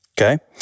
Okay